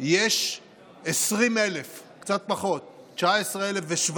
יש 20,000, קצת פחות, 19,700,